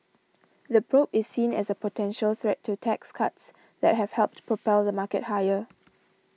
the probe is seen as a potential threat to tax cuts that have helped propel the market higher